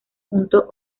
punto